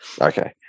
Okay